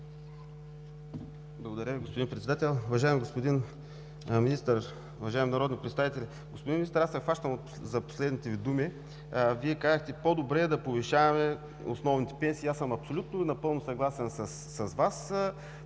Благодаря Ви, господин Председател. Уважаеми господин Министър, уважаеми народни представители! Господин Министър, аз се хващам за последните Ви думи. Вие казахте: по-добре е да повишаваме основните пенсии. Аз съм абсолютно и напълно съгласен с Вас.